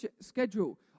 schedule